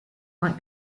might